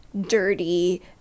dirty